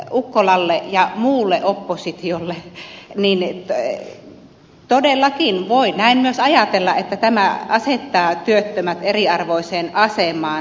ukkolalle ja muulle oppositiolle todellakin voi näin myös ajatella että tämä asettaa työttömät eriarvoiseen asemaan